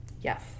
Yes